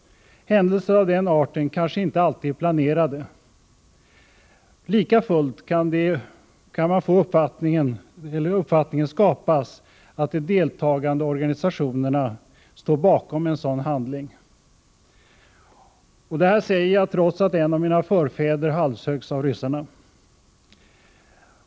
Händelser av den arten är kanske inte alltid planerade. Lika fullt kan den uppfattningen skapas att de deltagande organisationerna står bakom en sådan handling. Detta säger jag trots att en av mina förfäder halshöggs av ryssarna.